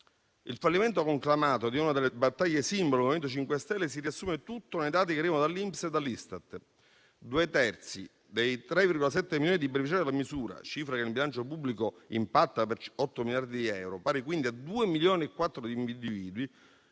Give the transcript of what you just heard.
Il fallimento conclamato di una delle battaglie simbolo del MoVimento 5 Stelle si riassume tutto nei dati che arrivano dall'INPS e dall'ISTAT: due terzi dei 3,7 milioni di beneficiari dalla misura, cifra che nel bilancio pubblico impatta per 8 miliardi di euro, pari quindi a 2,4 milioni di individui,